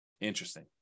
Interesting